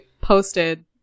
posted